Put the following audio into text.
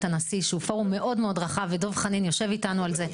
הנשיא והוא פורום מאוד מאוד רחב ודב חנין יושב איתנו על זה.